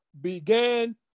began